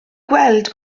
gweld